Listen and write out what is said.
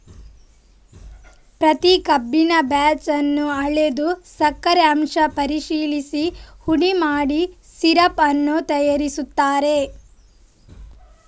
ಪ್ರತಿ ಕಬ್ಬಿನ ಬ್ಯಾಚ್ ಅನ್ನು ಅಳೆದು ಸಕ್ಕರೆ ಅಂಶ ಪರಿಶೀಲಿಸಿ ಪುಡಿ ಮಾಡಿ ಸಿರಪ್ ಅನ್ನು ತಯಾರಿಸುತ್ತಾರೆ